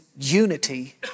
unity